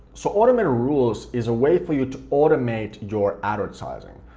so automated rules is a way for you to automate your advertising.